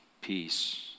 peace